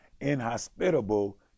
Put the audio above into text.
inhospitable